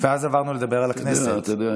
ואז עברנו לדבר על הכנסת --- אתה יודע,